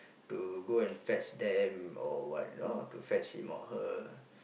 to go and fetch them or what you know to fetch him or her